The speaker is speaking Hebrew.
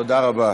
תודה רבה.